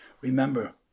Remember